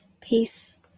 Peace